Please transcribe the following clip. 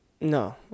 no